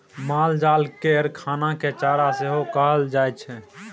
मालजाल केर खाना केँ चारा सेहो कहल जाइ छै